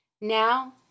Now